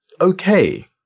okay